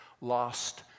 lost